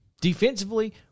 Defensively